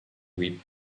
wept